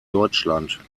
deutschland